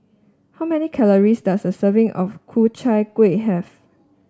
how many calories does a serving of Ku Chai Kueh have